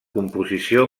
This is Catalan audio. composició